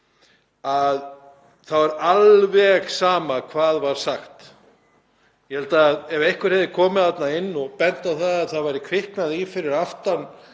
þá var alveg sama hvað var sagt. Ef einhver hefði komið þarna inn og bent á að það væri kviknað í fyrir aftan